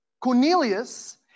Cornelius